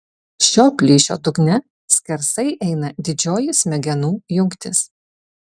šio plyšio dugne skersai eina didžioji smegenų jungtis